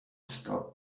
stop